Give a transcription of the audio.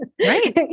Right